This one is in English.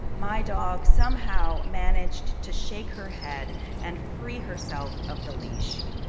my dog somehow managed to shake her head and free herself of the leash.